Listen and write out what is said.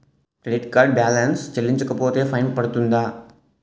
Credit card balance చెల్లించకపోతే fine పడ్తుంద?